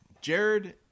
Jared